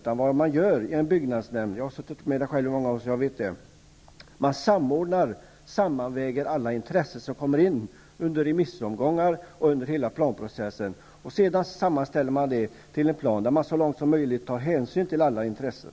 Jag har själv suttit med i en byggnadsnämnd, och därför vet jag att man där samordnar och sammanväger alla intressen som kommer fram vid remissomgångar och under hela planprocessen. Sedan sammmanställs detta material till en plan, där man så långt som möjligt tar hänsyn till alla intressen.